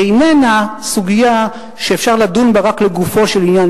היא איננה סוגיה שאפשר לדון בה רק לגופו של עניין,